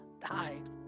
died